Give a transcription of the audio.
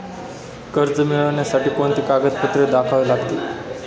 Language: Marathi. कर्ज मिळण्यासाठी कोणती कागदपत्रे दाखवावी लागतील?